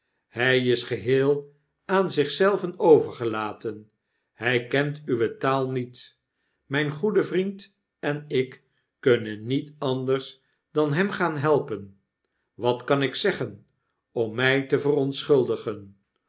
hij is geheel aan zich zelven overgelaten hij kent uwetaalniet mijngoede vriend en ik kuntien niet anders dan hem gaan helpen wat kan ik zeggen om mij te verontschuldigen